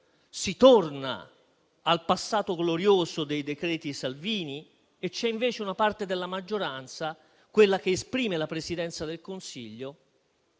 si torna al passato glorioso dei decreti Salvini; e un'altra parte della maggioranza, invece, che esprime la Presidenza del Consiglio,